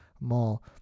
Mall